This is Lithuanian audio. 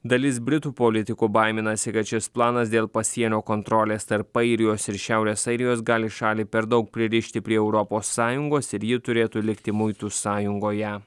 dalis britų politikų baiminasi kad šis planas dėl pasienio kontrolės tarp airijos ir šiaurės airijos gali šalį per daug pririšti prie europos sąjungos ir ji turėtų likti muitų sąjungoje